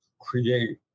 create